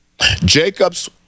Jacob's